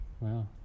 Wow